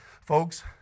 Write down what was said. Folks